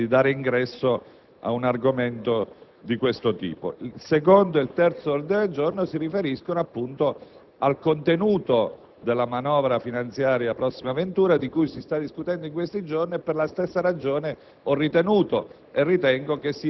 Il secondo e il terzo ordine del giorno si riferiscono al contenuto